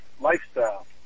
lifestyle